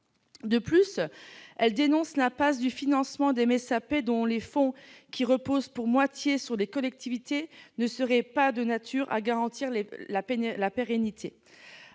De plus, elle dénonce « l'impasse du financement des MSAP », dont les fonds, qui reposent pour moitié sur les collectivités, ne seraient « pas de nature à en garantir la pérennité